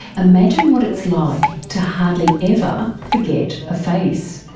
imagine what it's like to hardly ever forget a face.